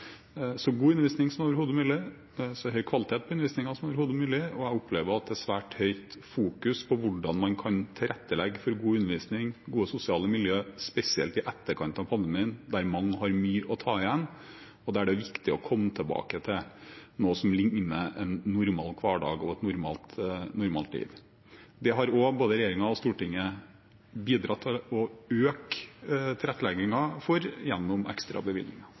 så god undervisning som overhodet mulig, så høy kvalitet på undervisningen som overhodet mulig. Jeg opplever at det er svært stor oppmerksomhet på hvordan man kan tilrettelegge for god undervisning og gode sosiale miljø, spesielt i etterkant av pandemien, der mange har mye å ta igjen, og der det er viktig å komme tilbake til noe som ligner en normal hverdag og et normalt liv. Det har også både regjeringen og Stortinget bidratt til å øke tilretteleggingen for gjennom ekstra bevilgninger.